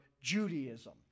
Judaism